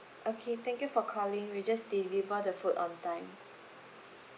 okay thank you for calling we'll just deliver the food on time